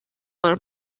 want